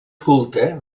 culte